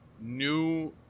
new